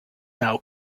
now